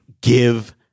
Give